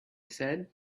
said